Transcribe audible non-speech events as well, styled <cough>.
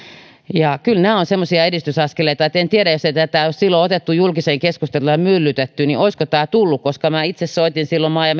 kyllä nämä ovat semmoisia edistysaskeleita että en tiedä jos ei tätä olisi silloin otettu julkiseen keskusteluun ja myllytetty niin olisiko tämä tullut koska kun minä itse soitin silloin maa ja <unintelligible>